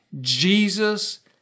Jesus